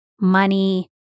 money